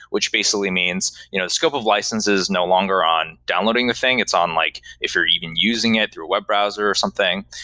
which basically means you know the scope of licenses no longer on downloading the thing. it's on like if you're even using it through a web browser or something.